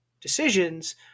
decisions